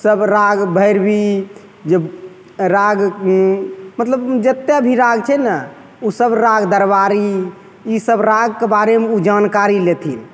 सब राग भैरवी जे राग मतलब जते भी राग छै ने उ सब राग दरबारी ई सब रागके बारेमे उ जानकारी लेथिन